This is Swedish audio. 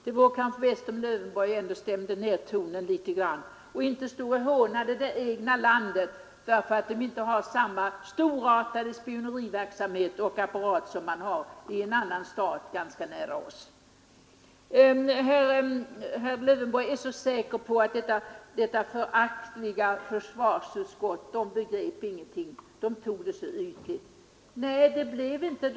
Det kanske ändå vore bäst om herr Lövenborg något stämde ner tonen och inte hånar det egna landet därför att detta inte har samma storartade spionverksamhet och spioneriapparat som man har i en annan stat ganska nära oss. Herr Lövenborg är säker på att det föraktliga försvarsutskottet ingenting begriper och bara tar ytligt på uppgiften.